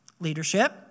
Leadership